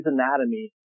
Anatomy